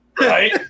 Right